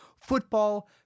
Football